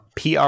PR